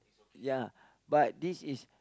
ya but this is